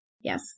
Yes